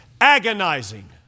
agonizing